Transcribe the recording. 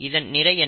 இதன் நிறை என்ன